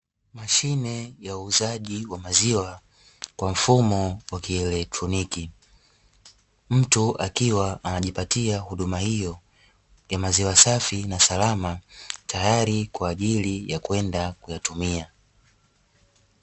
Mashine ya uuzaji wa maziwa kwa mfumo wa kielektroniki. Mtu akiwa anajipatia huduma hiyo ya maziwa safi na salama tayari kwa ajili ya kwenda kuyatumia.